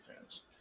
fans